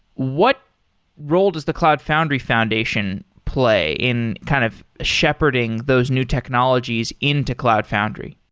what role does the cloud foundry foundation play in kind of shepherding those new technologies into cloud foundry?